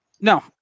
no